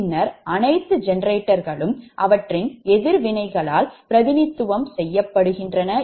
பின்னர் அனைத்து ஜெனரேட்டர்களும் அவற்றின் எதிர்வினைகளால் பிரதிநிதித்துவம் செய்யப்படுகின்றன